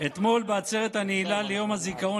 אתמול בעצרת הנעילה של יום הזיכרון